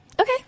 Okay